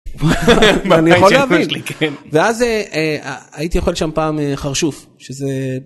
אתה יכול להבין. ואז הייתי אוכל שם פעם חרשוף, שזה...